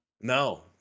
No